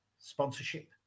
sponsorship